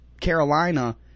Carolina